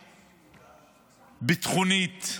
ביטחונית,